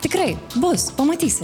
tikrai bus pamatysi